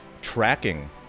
tracking